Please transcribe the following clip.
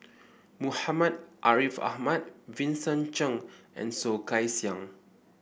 Muhammad Ariff Ahmad Vincent Cheng and Soh Kay Siang